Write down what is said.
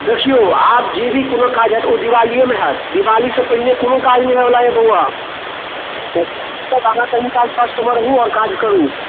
देखियौ आब जेभी कोनो काज होयत ओ दिवालियेमे होयत दिवालीसँ पहिने कोनो काज नहि होइ बला यऽ बउआ तऽ अहाँ कनि काल कष्टमे रहु आओर काज करू